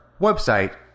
website